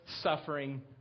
suffering